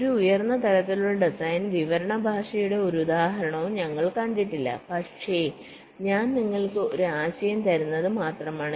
ഒരു ഉയർന്ന തലത്തിലുള്ള ഡിസൈൻ വിവരണ ഭാഷയുടെ ഒരു ഉദാഹരണവും ഞങ്ങൾ കണ്ടിട്ടില്ല പക്ഷേ ഞാൻ നിങ്ങൾക്ക് ഒരു ആശയം തരുന്നത് മാത്രമാണ്